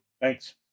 Thanks